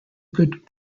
good